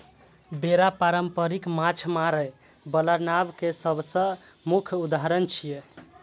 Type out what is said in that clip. बेड़ा पारंपरिक माछ मारै बला नाव के सबसं मुख्य उदाहरण छियै